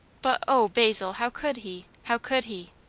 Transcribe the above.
but, o basil! how could he? how could he?